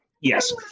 Yes